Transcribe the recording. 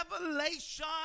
revelation